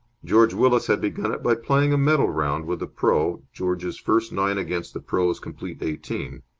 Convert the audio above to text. george willis had begun it by playing a medal round with the pro, george's first nine against the pro s complete eighteen.